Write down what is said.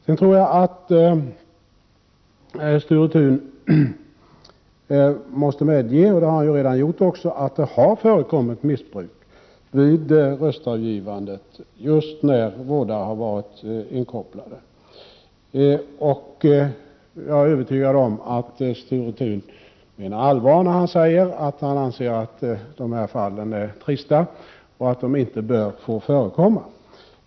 Sture Thun måste medge att missbruk vid röstavgivandet har förekommit just när vårdare varit inkopplade. Det har han också medgett. Jag är övertygad om att Sture Thun menar allvar när han säger att han anser att dessa fall är trista och att de inte bör få förekomma.